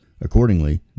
Accordingly